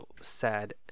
sad